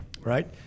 Right